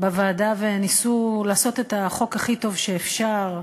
בוועדה וניסו לעשות את החוק הכי טוב שאפשר,